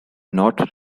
not